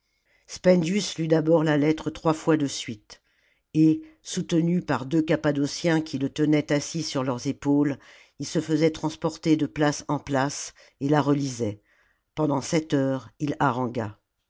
spendius lut d'abord la lettre trois fois de suite et soutenu par deux cappadociens qui le tenaient assis sur leurs épaules il se faisait transporter de place en place et la relisait pendant sept heures il harangua